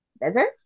desert